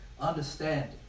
understanding